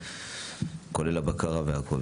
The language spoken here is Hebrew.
כולל את הבקרה והכל.